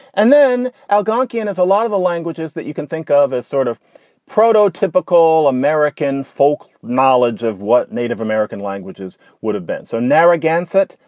and then algonkin is a lot of the languages that you can think of as sort of prototypical american folk knowledge of what native american languages would have been. so narragansets,